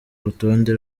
rutonde